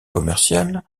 commerciale